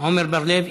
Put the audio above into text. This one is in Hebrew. עמר בר-לב,